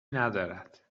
ندارد